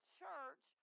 church